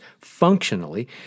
functionally